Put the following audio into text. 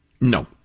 no